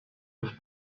offs